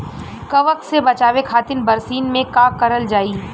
कवक से बचावे खातिन बरसीन मे का करल जाई?